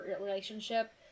relationship